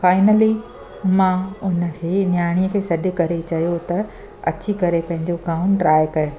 finally मां उनखे न्याणीअ खे सॾु करे चयो त अची करे पंहिंजो गाउन ट्राए करे